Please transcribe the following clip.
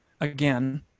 again